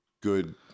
good